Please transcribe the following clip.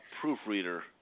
proofreader